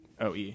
OE